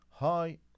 Hi